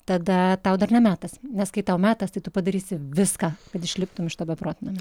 tada tau dar ne metas nes kai tau metas tai tu padarysi viską kad išliptum iš to beprotnamio